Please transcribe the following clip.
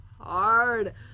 hard